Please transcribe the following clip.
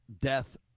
death